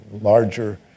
larger